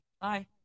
Bye